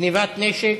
(גנבת נשק),